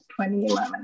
2011